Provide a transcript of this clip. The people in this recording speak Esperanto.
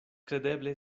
kredeble